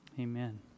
Amen